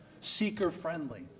seeker-friendly